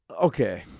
okay